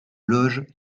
loges